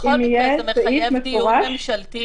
בכל מקרה זה מחייב דיון ממשלתי.